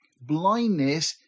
blindness